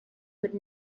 would